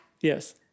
Yes